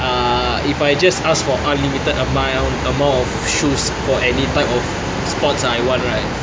ah if I just for unlimited amount of shoes for any type of sports I want right